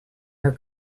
her